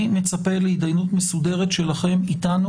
אני מצפה להתדיינות מסודרת שלכם איתנו